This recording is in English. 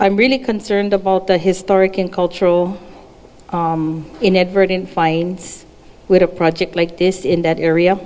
i'm really concerned about the historic and cultural inadvertent finds with a project like this in that area